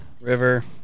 River